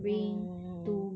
mm